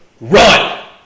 run